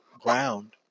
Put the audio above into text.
ground